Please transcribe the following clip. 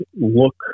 look